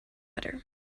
better